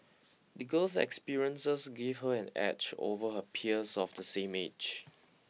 the girl's experiences gave her an edge over her peers of the same age